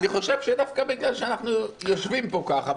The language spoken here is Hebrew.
אני חושב שדווקא בגלל שאנחנו יושבים פה ככה,